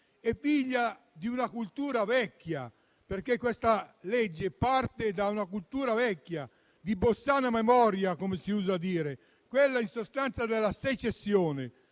figlia di una cultura vecchia, perché il provvedimento parte da una cultura di bossiana memoria - come si usa dire - quella in sostanza della secessione.